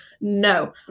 no